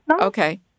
Okay